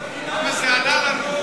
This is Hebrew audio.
כמה זה עלה לנו?